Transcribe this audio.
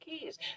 keys